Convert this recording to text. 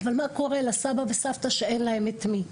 אבל מה קורה עם הסבים והסבתות שאין להם מי שיבוא?